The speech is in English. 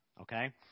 Okay